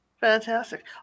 Fantastic